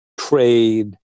trade